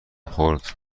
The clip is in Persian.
خورد